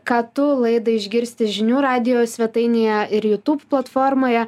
ką tu laidą išgirsti žinių radijo svetainėje ir jūtub platformoje